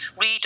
read